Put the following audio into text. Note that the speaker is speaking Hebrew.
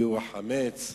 לביעור חמץ,